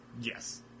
Yes